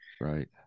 Right